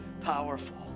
powerful